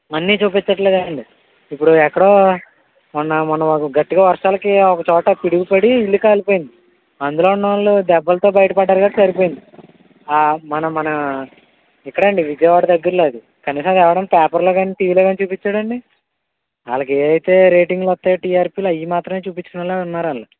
అన్నీ చూపించట్లేదండీ ఇప్పుడు ఎక్కడో మొన్న మొన్న మాకు గట్టిగ వర్షాలకి ఒక చోట పిడుగు పడి ఇల్లు కాలిపోయింది అందులో ఉన్న వాళ్ళు దెబ్బలతో బయట పడ్డారు కాబట్టి సరిపోయింది మన మన ఇక్కడే అండీ విజయవాడ దగ్గరలో అది కనీసం ఎవడన్నాపేపర్లో కానీ టీవీలో కానీ చూపించారా అండీ వాళ్ళకి ఏవైతే రేటింగ్లు వస్తాయో టిఆర్పిలు అవి మాత్రమే చూపించేలా ఉన్నారు వాళ్ళు